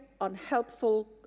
unhelpful